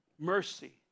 mercy